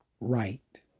right